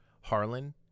Harlan